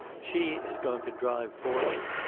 she is going to drive for me.